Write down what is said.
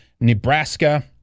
Nebraska